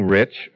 rich